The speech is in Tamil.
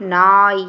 நாய்